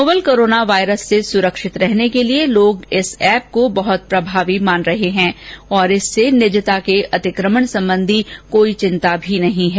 novel corona virus से सुरक्षित रहने के लिए लोग इस एप को बहुत प्रभावी मान रहे हैं और इससे निजता के अतिक्रमण संबंधी कोई चिंता भी नहीं है